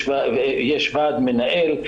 יש ועד מנהל,